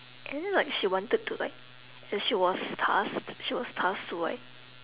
and then like she wanted to like and she was tasked she was tasked to like